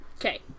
Okay